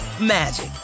magic